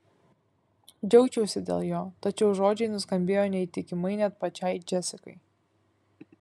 džiaugčiausi dėl jo tačiau žodžiai nuskambėjo neįtikimai net pačiai džesikai